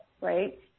right